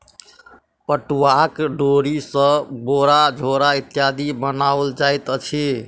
पटुआक डोरी सॅ बोरा झोरा इत्यादि बनाओल जाइत अछि